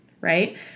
right